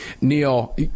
Neil